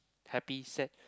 happy sad